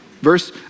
verse